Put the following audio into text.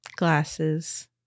Glasses